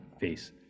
face